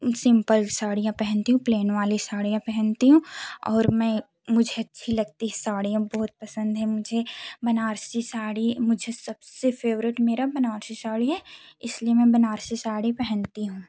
simple साड़ियाँ पहनती हूँ प्लेन वाली साड़ियाँ पहनती हूँ और मैं मुझे अच्छी लगती साड़ियाँ बहुत पसंद है मुझे बनारसी साड़ी मुझे सबसे फेवरेट मेरा बनारसी साड़ी है इसलिए मैं बनारसी साड़ी पहनती हूँ